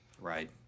Right